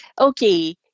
okay